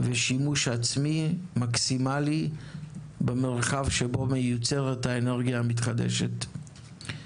ושימוש עצמי מקסימלי במרחב שבו מיוצרת האנרגיה המתחדשת.